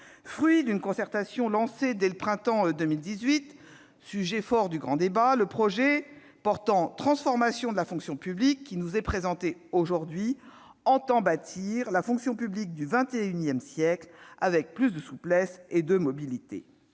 Fruit d'une concertation lancée dès le printemps 2018, sujet fort du grand débat, le projet de loi de transformation de la fonction publique qui nous est présenté aujourd'hui entend « bâtir la fonction publique du XXI siècle avec plus de souplesse et de mobilité